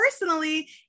personally